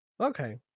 Okay